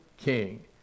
king